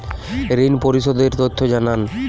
ঋন পরিশোধ এর তথ্য জানান